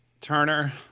Turner